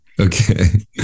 okay